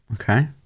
Okay